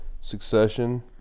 Succession